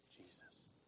Jesus